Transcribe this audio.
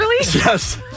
yes